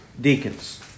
deacons